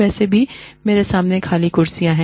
वैसे भी मेरे सामने खाली कुर्सियाँ हैं